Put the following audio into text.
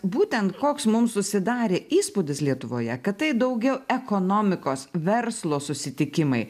būtent koks mums susidarė įspūdis lietuvoje kad tai daugiau ekonomikos verslo susitikimai